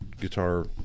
guitar